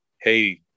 hey